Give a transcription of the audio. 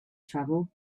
travel